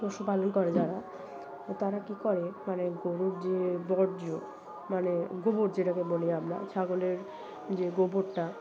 পশুপালন করে যারা তারা কী করে মানে গরুর যে বর্জ্য মানে গোবর যেটাকে বলি আমরা ছাগলের যে গোবরটা